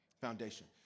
foundation